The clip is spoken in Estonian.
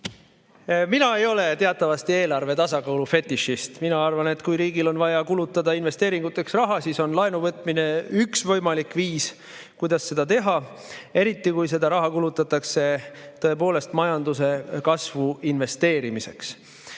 Mina teatavasti ei ole eelarve tasakaalu fetišist. Mina arvan, et kui riigil on vaja investeeringuteks raha kulutada, siis on laenu võtmine üks võimalik viis, kuidas seda teha, eriti kui seda raha kulutatakse tõepoolest majanduse kasvu investeerimiseks.